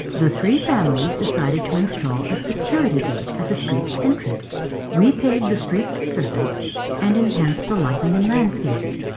the three families decided to install a security gate at the street's entrance repave the street's surface and enhance the lighting and landscaping.